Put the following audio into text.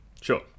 Sure